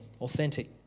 authentic